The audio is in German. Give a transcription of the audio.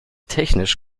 technisch